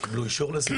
הם קיבלו אישור לזה.